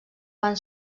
van